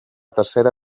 tercera